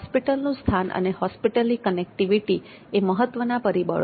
હોસ્પિટલનું સ્થાન અને હોસ્પિટલની કનેક્ટિવિટી એ મહત્વના પરિબળો છે